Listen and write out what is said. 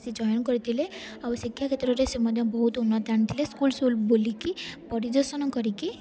ସେ ଜଏନ୍ କରିଥିଲେ ଆଉ ଶିକ୍ଷାକ୍ଷେତ୍ରରେ ସେ ମଧ୍ୟ ବହୁତ ଉନ୍ନତି ଆଣିଥିଲେ ସ୍କୁଲ୍ ସୁଲ୍ ବୁଲିକି ପରିଦର୍ଶନ କରିକି